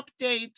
update